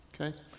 Okay